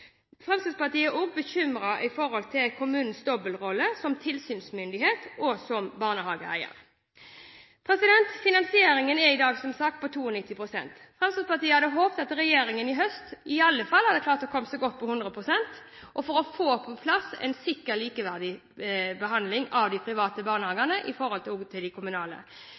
Fremskrittspartiet er også bekymret over kommunens dobbeltrolle som tilsynsmyndighet og som barnehageeier. Finansieringen er i dag, som sagt, på 92 pst. Fremskrittspartiet hadde håpet at regjeringen i alle fall i høst hadde klart å komme opp på 100 pst. for å få på plass en sikker, likeverdig behandling av de private barnehagene i forhold til de kommunale.